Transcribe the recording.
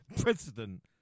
president